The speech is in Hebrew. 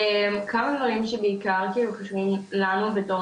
כמה דברים שבעיקר כאילו חשובים לנו בתור